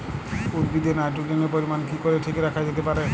উদ্ভিদে নাইট্রোজেনের পরিমাণ কি করে ঠিক রাখা যেতে পারে?